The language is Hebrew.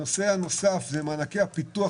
הנושא הנוסף זה מענקי הפיתוח